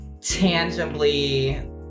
tangibly